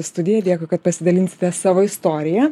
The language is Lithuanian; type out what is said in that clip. į studiją dėkui kad pasidalinsite savo istorija